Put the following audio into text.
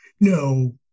No